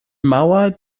mauer